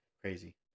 crazy